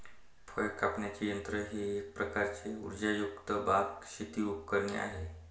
फळ कापण्याचे यंत्र हे एक प्रकारचे उर्जायुक्त बाग, शेती उपकरणे आहे